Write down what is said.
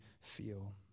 feel